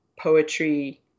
poetry